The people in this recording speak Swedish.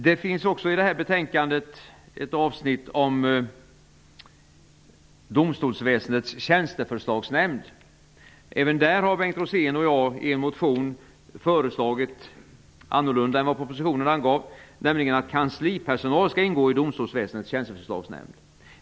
Det finns i detta betänkande också ett avsnitt om domstolsväsendets tjänsteförslagsnämnd. Även i denna fråga har Bengt Rosén och jag i en motion kommit med ett annorlunda förslag jämfört med propositionen, nämligen att kanslipersonal skall ingå i domstolsväsendets tjänsteförslagsnämnd.